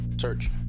search